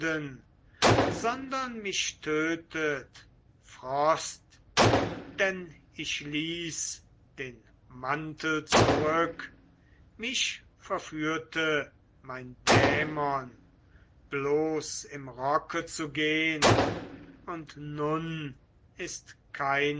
sondern mich tötet frost denn ich ließ den mantel zurück mich verführte mein dämon bloß im rocke zu gehn und nun ist keine